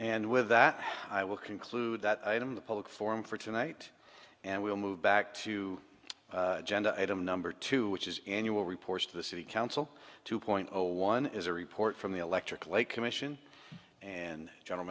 and with that i will conclude that item a public forum for tonight and we'll move back to item number two which is annual reports to the city council two point zero one is a report from the electric lake commission and general